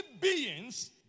beings